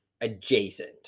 adjacent